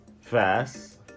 fast